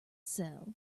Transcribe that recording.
sell